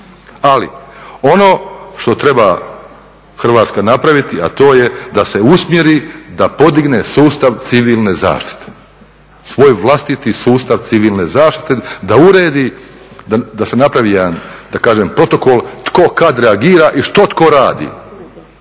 Ali ono što treba Hrvatska napraviti, a to je da se usmjeri da podigne sustav civilne zaštite, svoj vlastiti sustav civilne zaštite, da uredi, da napravi jedan protokol tko kad reagira i što tko radi.